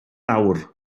awr